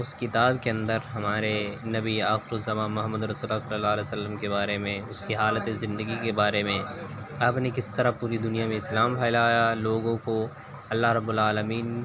اس کتاب کے اندر ہمارے نبی آخر الزماں محمد الرسول اللہ صلی اللہ علیہ وسلم کے بارے میں اس کی حالت زندگی کے بارے میں آپ نے کس طرح پوری دنیا میں اسلام پھیلایا لوگوں کو اللہ رب العالمین